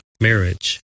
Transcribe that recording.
marriage